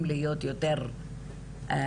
עליה כבר בישיבות הקודמות וגם עכשיו.